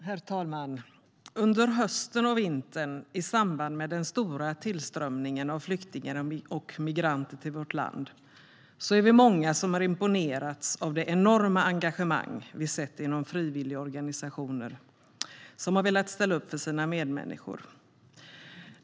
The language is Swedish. Herr talman! Under hösten och vintern, i samband med den stora tillströmningen av flyktingar och migranter till vårt land, är vi många som har imponerats av det enorma engagemang vi sett inom frivilligorganisationer som har velat ställa upp för sina medmänniskor.